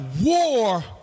War